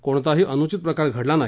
कोणताही अनुचित प्रकार घडला नाही